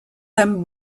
them